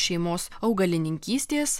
šeimos augalininkystės